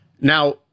now